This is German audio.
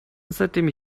seitdem